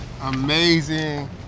amazing